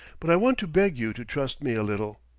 but i want to beg you to trust me a little.